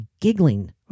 giggling